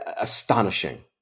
astonishing